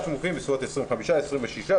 בסביבות 25 או 26,